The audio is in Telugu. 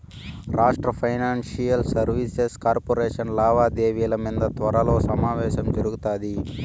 రాష్ట్ర ఫైనాన్షియల్ సర్వీసెస్ కార్పొరేషన్ లావాదేవిల మింద త్వరలో సమావేశం జరగతాది